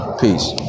Peace